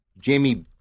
Jamie